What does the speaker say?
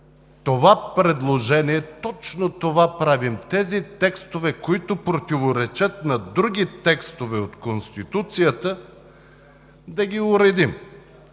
това предложение ние точно това правим – тези текстове, които противоречат на други текстове от Конституцията, да ги уредим.